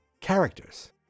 characters